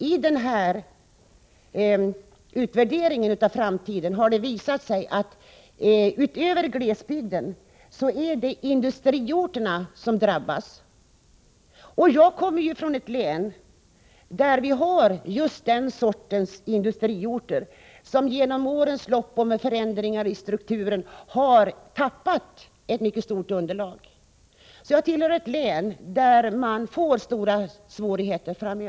I den tidigare nämnda utvärderingen av framtiden har det visat sig att det, utöver glesbygden, är industriorterna som drabbas. Jag kommer från ett län med just den typ av industriort som till följd av strukturförändringar under årens lopp har tappat ett mycket stort elevunderlag. Jag bori ett län som framöver kommer att få mycket stora svårigheter.